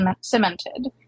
cemented